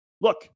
look